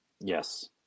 Yes